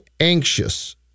anxious